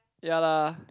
ya lah